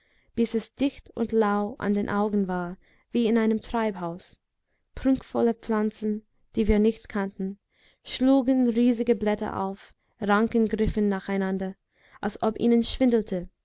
bis es dicht und lau an den augen war wie in einem treibhaus prunkvolle pflanzen die wir nicht kannten schlugen riesige blätter auf ranken griffen nacheinander als ob ihnen schwindelte